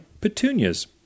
petunias